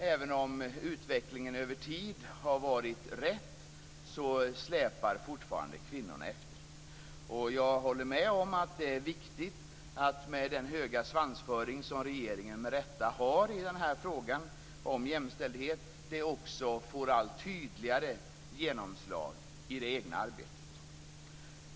Även om utvecklingen över tid har varit rätt, släpar fortfarande kvinnorna efter. Jag håller med om att det är viktigt att, med den höga svansföring som regeringen med rätta har i frågan om jämställdhet, det också får ett allt tydligare genomslag i det egna arbetet.